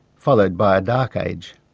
followed by a dark age.